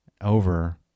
over